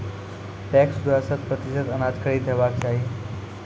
PACS द्वारा शत प्रतिसत अनाज खरीद हेवाक चाही?